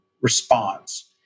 response